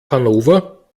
hannover